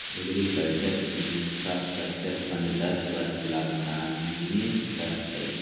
agriculture infrastructure fund दस वर्ष ला माननीय रह तय